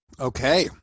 Okay